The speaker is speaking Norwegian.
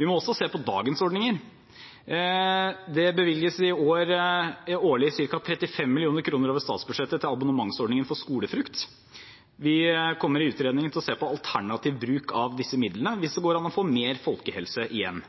Vi må også se på dagens ordninger. Det bevilges årlig ca. 35 mill. kr over statsbudsjettet til abonnementsordningen for skolefrukt. Vi kommer i utredningen til å se på alternativ bruk av disse midlene hvis det går an å få mer folkehelse igjen.